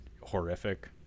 horrific